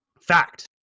Fact